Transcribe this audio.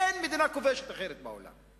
אין מדינה כובשת אחרת בעולם.